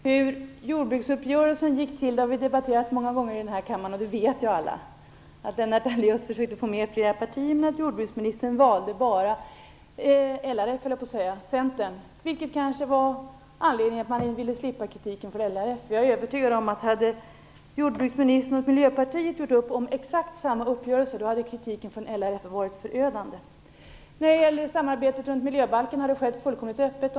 Fru talman! Ja, Lennart Daléus, vi har debatterat hur jordbruksuppgörelsen gick till många gånger i den här kammaren, och det vet ju alla. Lennart Daléus försökte få med flera partier, men jordbruksministern valde bara Centern, LRF höll jag på att säga. Anledningen var kanske att man ville slippa kritiken från LRF. Jag övertygad om att om jordbruksministern och Miljöpartiet hade gjort exakt samma uppgörelse hade kritiken från LRF varit förödande. Samarbetet runt miljöbalken har skett fullkomligt öppet.